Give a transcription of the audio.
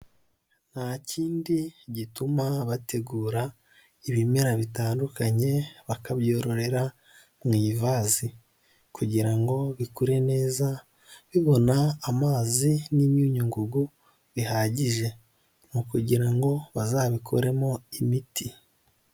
Nta kindi gituma bategura ibimera bitandukanye bakabyororera mu ivasi kugira ngo bikure neza bibona amazi n'imyunyu ngugu bihagije mu kugira ngo bazabikoremo imiti.